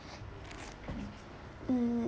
mm